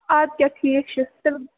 آد کیٛاہ ٹھیٖک چھِ